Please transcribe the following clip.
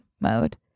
mode